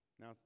Now